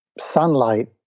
sunlight